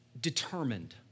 determined